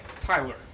Tyler